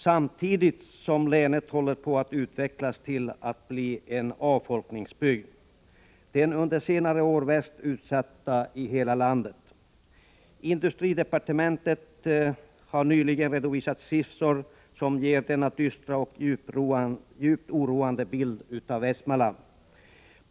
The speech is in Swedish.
Samtidigt håller länet på att utvecklas till att bli en avfolkningsbygd, den under senare år värst utsatta i hela landet. Industridepartementet har nyligen redovisat siffror som ger denna dystra och djupt oroande bild av Västmanland.